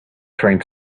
trying